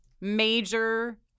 major